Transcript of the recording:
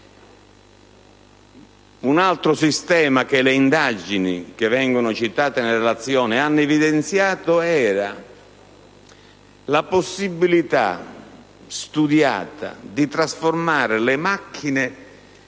Un altro sistema che le indagini citate nella relazione hanno evidenziato era la possibilità studiata di trasformare le macchine